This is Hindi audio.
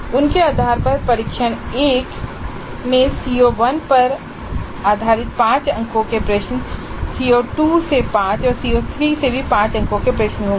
उसके आधार पर परीक्षण 1 में CO1 पर आधारित 5 अंकों के प्रश्न CO2 से 5 CO3 से भी 5 अंकों के प्रश्न होंगे